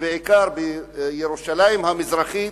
ובעיקר בירושלים המזרחית,